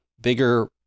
bigger